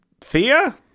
Thea